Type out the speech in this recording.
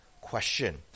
question